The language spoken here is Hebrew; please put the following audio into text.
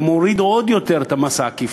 ומוריד עוד יותר את המס העקיף,